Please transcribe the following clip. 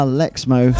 Alexmo